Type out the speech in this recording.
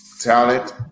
talent